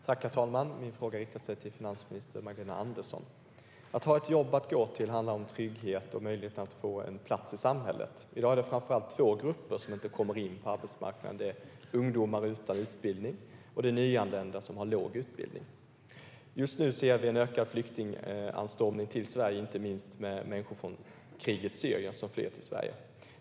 Herr talman! Min fråga riktar sig till finansminister Magdalena Andersson. Att ha ett jobb att gå till handlar om trygghet och möjlighet att få en plats i samhället. I dag är det framför allt två grupper som inte kommer in på arbetsmarknaden. Det är ungdomar utan utbildning och nyanlända som har låg utbildning. Just nu ser vi en ökad flyktinganstormning till Sverige, inte minst med människor från krigets Syrien som flyr till Sverige.